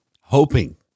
Hoping